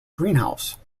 greenhouse